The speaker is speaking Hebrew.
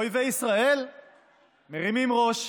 אויבי ישראל מרימים ראש,